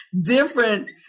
different